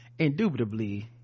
Indubitably